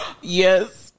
Yes